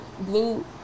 blue